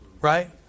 Right